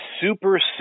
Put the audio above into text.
super